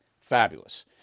Fabulous